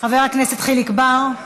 חבר הכנסת חיליק בר.